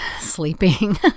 sleeping